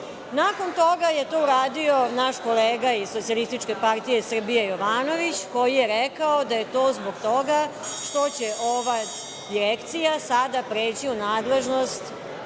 Nakon toga je to uradio naš kolega iz SPS Jovanović, koji je rekao da je to zbog toga što će ova direkcija sada preći u nadležnost